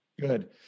Good